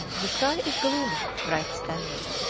the sky is gloomy, writes stanley,